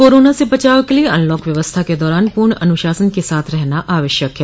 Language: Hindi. कोरोना से बचाव के लिये अनलॉक व्यवस्था के दौरान पूर्ण अनुशासन के साथ रहना आवश्यक है